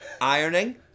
ironing